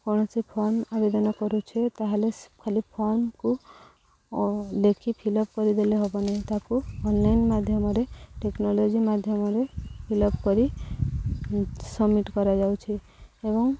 କୌଣସି ଫର୍ମ୍ ଆବେଦନ କରୁଛେ ତା'ହେଲେ ଖାଲି ଫର୍ମ୍କୁ ଦେଖି ଫିଲଅପ୍ କରିଦେଲେ ହବନି ତାକୁ ଅନଲାଇନ୍ ମାଧ୍ୟମରେ ଟେକ୍ନୋଲୋଜି ମାଧ୍ୟମରେ ଫିଲଅପ୍ କରି ସବମିଟ୍ କରାଯାଉଛି ଏବଂ